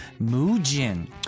Mujin